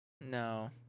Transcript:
No